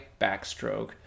backstroke